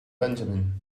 benjamin